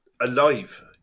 alive